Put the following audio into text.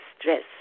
stress